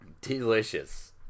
Delicious